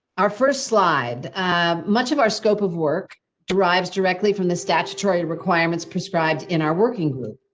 our first slide much of our scope of work drives directly from the statutory requirements prescribed in our working group.